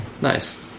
Nice